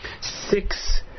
Six